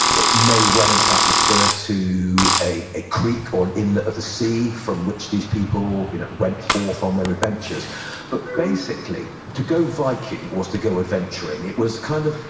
it may well, in fact, refer to a a creek or an inlet of the sea from which these people you know went forth on their adventures but basically, to go viking was to go adventuring. it was kind of,